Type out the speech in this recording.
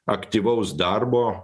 aktyvaus darbo